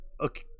Okay